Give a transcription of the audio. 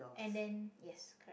and then yes